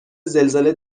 زلزله